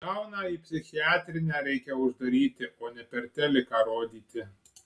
dauną į psichiatrinę reikia uždaryti o ne per teliką rodyti